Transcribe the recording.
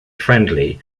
friendly